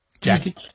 Jackie